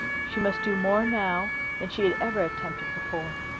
she must do more now than she had ever attempted before.